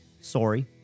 sorry